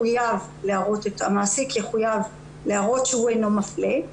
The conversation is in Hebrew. המעסיק יחוייב להראות שהוא אינו מפלה,